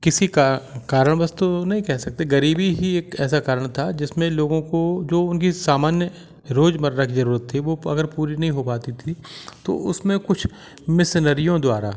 किसी का कारणवश तो नहीं कह सकते गरीबी ही एक ऐसा कारण था जिसमें लोगों को जो उनकी सामान्य रोजमर्रा की जरूरत थी वो अगर पूरी नहीं हो पाती थी तो उसमें कुछ मिशनरियों द्वारा